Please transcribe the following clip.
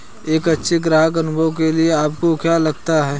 एक अच्छे ग्राहक अनुभव के लिए आपको क्या लगता है?